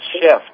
shift